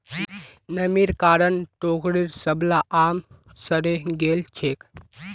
नमीर कारण टोकरीर सबला आम सड़े गेल छेक